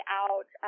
out